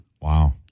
wow